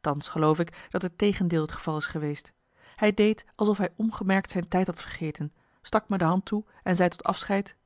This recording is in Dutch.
thans geloof ik dat het tegendeel het geval is geweest hij deed alsof hij ongemerkt zijn tijd had vergeten stak me de hand toe en zei tot afscheid